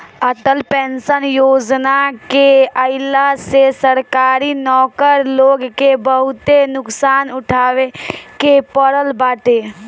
Atal pension Yojana के आईला से सरकारी नौकर लोग के बहुते नुकसान उठावे के पड़ल बाटे